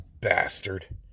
bastard